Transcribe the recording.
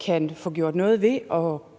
kan få gjort noget ved